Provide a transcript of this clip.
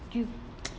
you